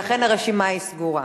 לכן הרשימה היא סגורה.